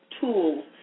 tools